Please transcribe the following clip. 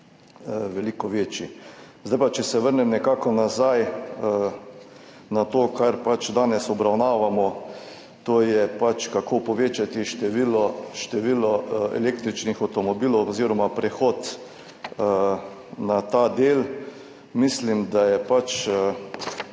veliko večji. Zdaj pa če se vrnem nazaj na to, kar danes obravnavamo, to je, kako povečati število električnih avtomobilov oziroma prehod na ta del. Mislim, da je